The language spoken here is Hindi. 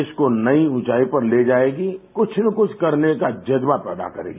देश को नई ऊँचाई पर ले जाएगी कुछ न कुछ करने का जज्बा पैदा करेगी